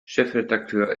chefredakteur